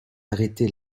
arrêter